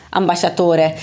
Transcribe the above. ambasciatore